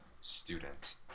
student